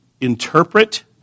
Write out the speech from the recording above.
interpret